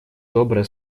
добрые